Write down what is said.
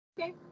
okay